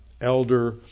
elder